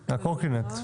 הקורקינט.